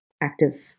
active